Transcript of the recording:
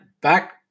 back